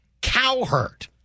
Cowherd